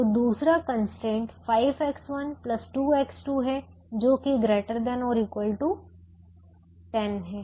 तो दूसरा constraint 5X1 2X2 है जो कि ≥ 10 है